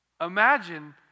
Imagine